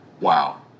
Wow